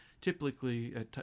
typically